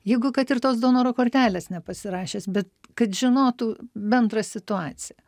jeigu kad ir tos donoro kortelės nepasirašęs bet kad žinotų bendrą situaciją